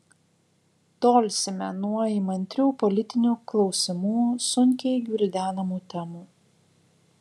tolsime nuo įmantrių politinių klausimų sunkiai gvildenamų temų